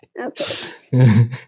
Okay